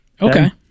Okay